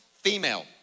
female